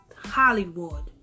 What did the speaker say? Hollywood